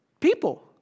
People